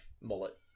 mullet